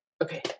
okay